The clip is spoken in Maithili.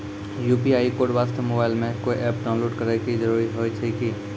यु.पी.आई कोड वास्ते मोबाइल मे कोय एप्प डाउनलोड करे के जरूरी होय छै की?